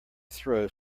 throw